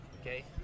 okay